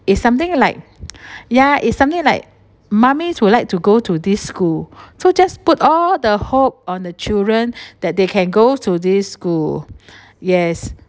is something like ya it's something like mummy would like to go to this school so just put all the hope on the children that they can go to this school yes